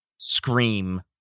Scream